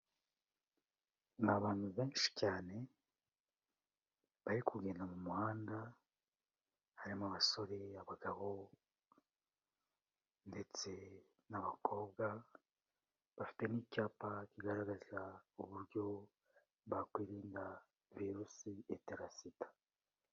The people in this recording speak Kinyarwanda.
Ni abantu benshi cyane bari kugenda mu muhanda, harimo abasore, abagabo ndetse n'abakobwa, bafite n'icyapa kigaragaza uburyo bakwirinda Virusi Itera Sida.